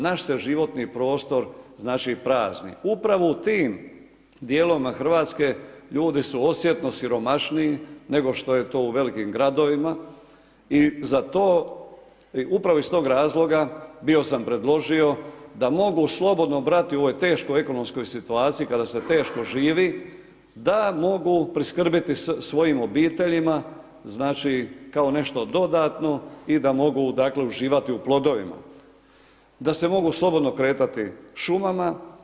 Naš se životni prostor prazni, upravo u tim dijelovima Hrvatske ljudi su osjetno siromašniji nego što je to u velikim gradovima i upravo iz toga razloga bio sam predložio da mogu slobodno brati u ovoj teško ekonomskoj situaciji kada se teško živi, da mogu priskrbiti svojim obiteljima kao nešto dodatno i da mogu uživati u plodovima, da se mogu slobodno kretati šumama.